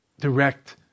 direct